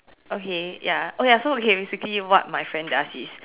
okay ya okay ya so basically what my friend does is